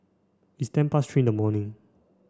its ten past three in the morning